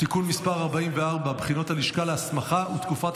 (תיקון מס' 44) (בחינות הלשכה להסמכה ותקופת